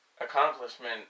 accomplishment